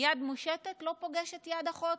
יד מושטת לא פוגשת יד אחות.